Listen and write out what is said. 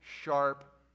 sharp